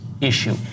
issue